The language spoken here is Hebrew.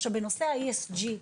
עכשיו בנושא ה-ESG,